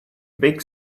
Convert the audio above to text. big